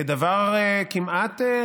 כדבר כמעט,